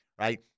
Right